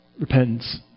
repentance